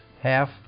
half